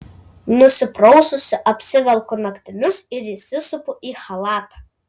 nusipraususi apsivelku naktinius ir įsisupu į chalatą